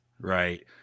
Right